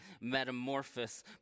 metamorphosis